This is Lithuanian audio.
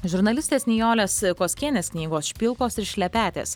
žurnalistės nijolės koskienės knygos špilkos ir šlepetės